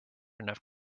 enough